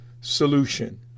solution